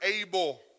able